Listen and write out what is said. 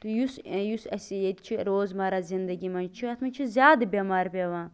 تہٕ یُس یُس اَسہِ یہِ ییٚتہِ چھُ روزمَرا زِندگی منٛز چھُ یَتھ منٛز چھُ زیادٕ بیمار پیوان